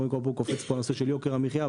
קופץ פה הנושא של יוקר המחיה.